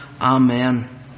amen